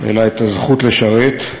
אלא זכות לשרת,